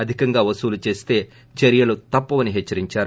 అధికంగా వసూలు చేస్తే చర్యలు తప్పవని హెచ్చరిందారు